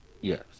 Yes